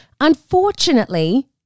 Unfortunately